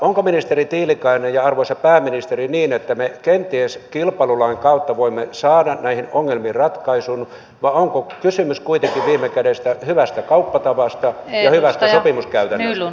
onko ministeri tiilikainen ja arvoisa pääministeri niin että me kenties kilpailulain kautta voimme saada näihin ongelmiin ratkaisun vai onko kysymys kuitenkin viime kädessä hyvästä kauppatavasta ja hyvästä sopimuskäytännöstä